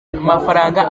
amafaranga